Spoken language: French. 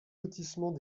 lotissement